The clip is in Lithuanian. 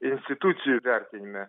institucijų įvertinime